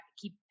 keep